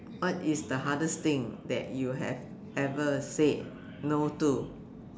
what is the hardest thing that you have ever said no to